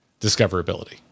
discoverability